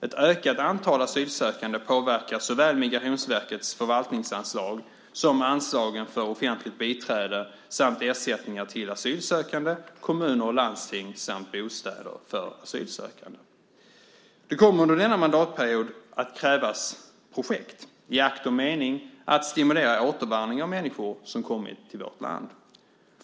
Ett ökat antal asylsökande påverkar såväl Migrationsverkets förvaltningsanslag som anslagen för offentligt biträde samt ersättningar till asylsökande, kommuner och landsting samt bostäder för asylsökande. Det kommer under denna mandatperiod att krävas projekt i akt och mening att stimulera återvandring av människor som kommit till vårt land.